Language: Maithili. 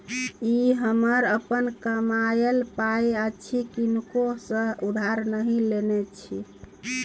ई हमर अपन कमायल पाय अछि किनको सँ उधार नहि नेने छी